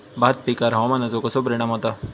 भात पिकांर हवामानाचो कसो परिणाम होता?